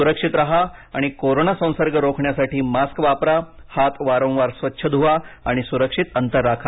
सुरक्षित राहा आणि कोरोना संसर्ग रोखण्यासाठी मास्क वापरा हात वारंवार स्वच्छ धुवा आणि सुरक्षित अंतर राखा